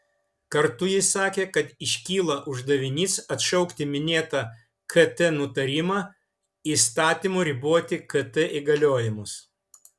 kartu jis sakė kad iškyla uždavinys atšaukti minėtą kt nutarimą įstatymu riboti kt įgaliojimus